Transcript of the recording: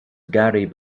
gary